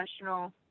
professional